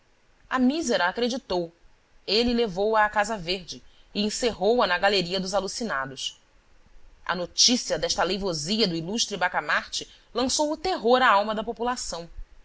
a mísera acreditou ele levou-a à casa verde e encerrou a na galeria dos alucinados a notícia desta aleivosia do ilustre bacamarte lançou o terror à alma da população